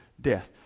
death